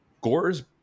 Gore's